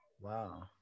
Wow